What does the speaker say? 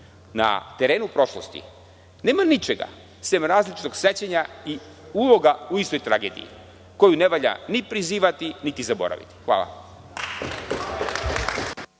Na terenu prošlosti nema ničega sem različitog sećanja i uloga u istoj tragediji, koju ne valja ni prizivati, niti zaboraviti. Hvala.